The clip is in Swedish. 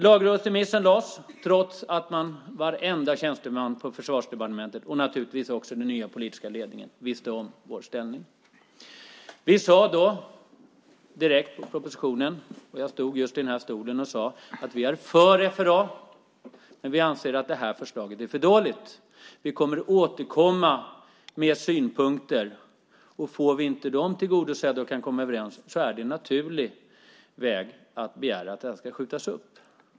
Lagrådsremissen lades fram trots att varenda tjänsteman på Försvarsdepartementet och naturligtvis också den nya politiska ledningen visste vår ställning. Vi sade då direkt om propositionen - och jag stod just i denna talarstol - att vi är för FRA, men vi anser att förslaget är för dåligt. Vi återkommer med synpunkter och får vi inte dem tillgodosedda och kan komma överens är det en naturlig väg att begära att den ska skjutas upp.